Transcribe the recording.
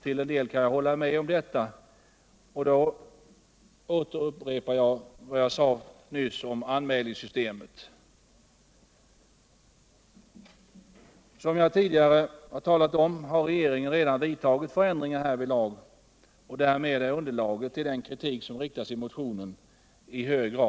Till cn del kan jag hålla med om detta, och då upprepar jag vad jag sade nyss om anmälningssystemet. Som jag tidigare talat om har regeringen redan vidtagit förändringar härvidlag, och därmed är underlaget ull den kritik som framförs i motionen till stor del borta.